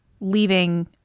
leaving